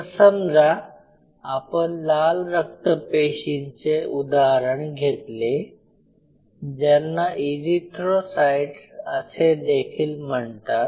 तर समजा आपण लाल रक्तपेशींचे उदाहरण घेतले ज्यांना ईरिथ्रोसाइट्स असे देखील म्हणतात